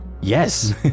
Yes